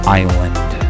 island